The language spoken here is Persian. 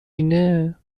اینه